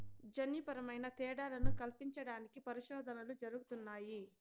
జన్యుపరమైన తేడాలను కల్పించడానికి పరిశోధనలు జరుగుతున్నాయి